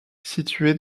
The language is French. située